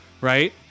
right